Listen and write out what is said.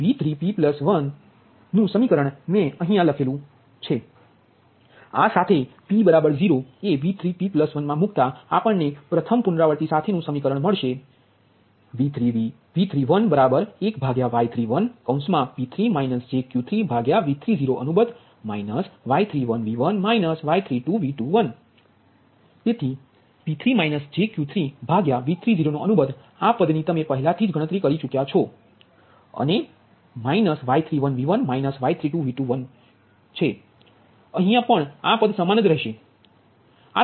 V3p11Y33P3 jQ3V3p Y31V1 Y32V2p1 આ સાથે p 0 એV3p1મા મૂકતા આપણને પ્રથમ પુનરાવૃત્તિ સાથેનુ સમીકરણ મળશે V311Y33P3 jQ3V30 Y31V1 Y32V21 તેથી P3 jQ3V30 આ પદ ની તમે પહેલાથી ગણતરી કરી ચૂક્યા છે અને તે Y31V1 Y32V21છે અહીયા પણ આ પદ સમાન જ રહેશે